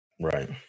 Right